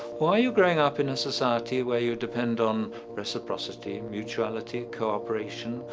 or are you growing up in a society where you depend on reciprocity, and mutuality, cooperation,